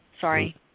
Sorry